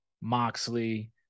Moxley